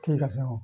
ঠিক আছে হ'ব